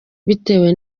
bitewe